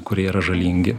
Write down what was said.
kurie yra žalingi